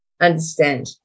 understand